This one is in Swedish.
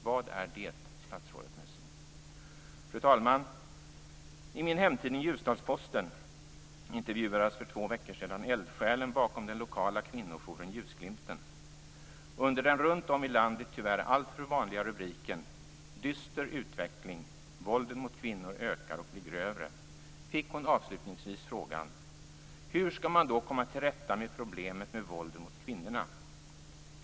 Vad är det, statsrådet Messing? Fru talman! I min hemtidning Ljusdals-Posten intervjuades för två veckor sedan eldsjälen bakom den lokala kvinnojouren Ljusglimten. Under den runt om i landet tyvärr alltför vanliga rubriken "Dyster utveckling - våldet mot kvinnor ökar, och blir grövre" fick hon avslutningsvis frågan: "Hur ska man då komma till rätta med problemet med våldet mot kvinnorna?"